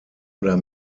oder